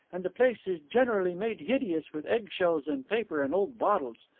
and the place is generally made hideous with egg-shells and paper and old bottles.